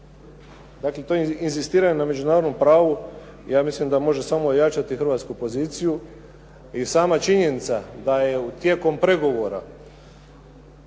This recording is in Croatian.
Dakle, to je inzistiram na međunarodnom pravu. Ja mislim da može samo ojačati hrvatsku poziciju i sama činjenica da je tijekom pregovora